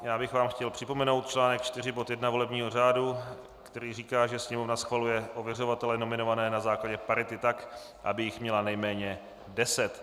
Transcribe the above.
Chtěl bych vám připomenout článek 4 bod 1 volebního řádu, který říká, že Sněmovna schvaluje ověřovatele nominované na základě parity tak, aby jich měla nejméně deset.